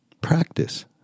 practice